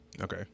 Okay